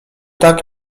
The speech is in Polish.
tak